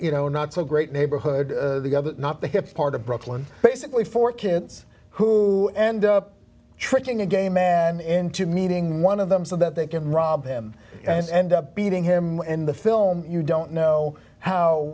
you know not so great neighborhood not the hip part of brooklyn basically for kids who end up tricking a gay man into meeting one of them so that they can rob him and end up beating him in the film you don't know how